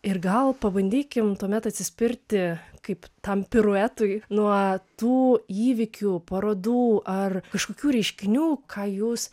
ir gal pabandykim tuomet atsispirti kaip tam piruetai nuo tų įvykių parodų ar kažkokių reiškinių ką jūs